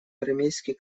армейский